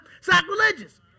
sacrilegious